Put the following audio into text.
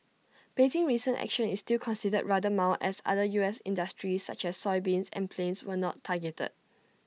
Beijing's recent action is still considered rather mild as other U S industries such as soybeans and planes were not targeted